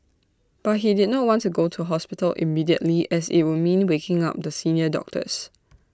but he did not want to go to hospital immediately as IT would mean waking up the senior doctors